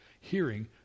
hearing